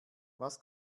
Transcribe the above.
was